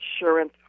insurance